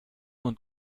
und